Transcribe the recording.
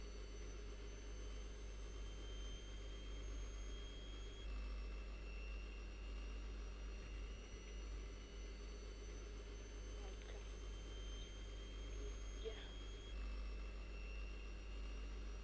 ᱟᱪᱪᱷᱟ ᱴᱷᱤᱠᱜᱮᱭᱟ